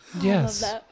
Yes